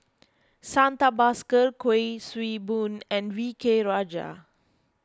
Santha Bhaskar Kuik Swee Boon and V K Rajah